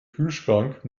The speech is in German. kühlschrank